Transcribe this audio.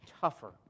tougher